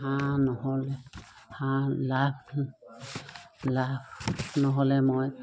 হাঁহ নহ'ল হাঁহ লাভ লাভ নহ'লে মই